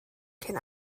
cyn